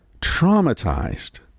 traumatized